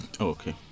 Okay